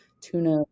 tuna